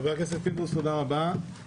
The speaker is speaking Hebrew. חבר הכנסת פינדרוס, תודה רבה.